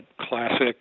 classic